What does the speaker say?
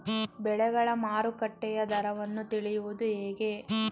ಬೆಳೆಗಳ ಮಾರುಕಟ್ಟೆಯ ದರವನ್ನು ತಿಳಿಯುವುದು ಹೇಗೆ?